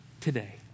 today